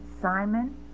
Simon